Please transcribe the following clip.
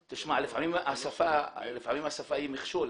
תשמע, לפעמים השפה היא מכשול.